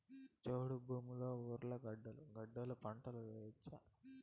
చౌడు భూమిలో ఉర్లగడ్డలు గడ్డలు పంట వేయచ్చా?